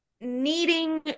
needing